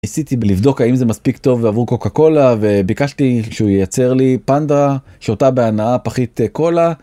ניסיתי לבדוק האם זה מספיק טוב עבור קוקה קולה וביקשתי שהוא יייצר לי פנדרה שותה בהנאה פחית קולה.